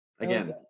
Again